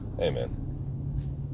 Amen